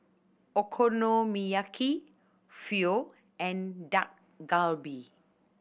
Okonomiyaki Pho and Dak Galbi